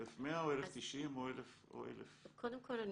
1,100 או 1,090 או 1,000. קודם כול,